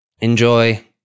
enjoy